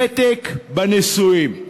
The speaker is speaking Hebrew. ותק בנישואין.